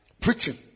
Preaching